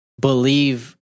believe